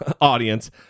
audience